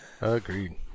Agreed